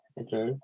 Okay